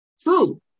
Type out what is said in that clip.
True